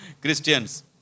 Christians